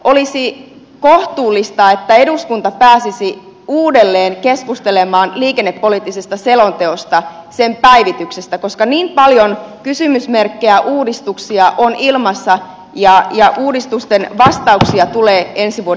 olisi kohtuullista että eduskunta pääsisi uudelleen keskustelemaan liikennepoliittisesta selonteosta sen päivityksestä koska niin paljon kysymysmerkkejä ja uudistuksia on ilmassa ja uudistusten vastauksia tulee ensi vuoden puolella